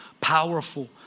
powerful